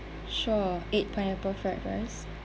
sure eight pineapple fried rice